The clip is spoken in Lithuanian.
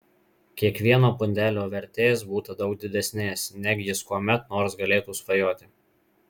kiekvieno pundelio vertės būta daug didesnės neg jis kuomet nors galėtų svajoti